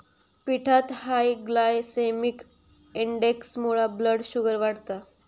पिठात high glycemic इंडेक्समुळा blood sugar वाढता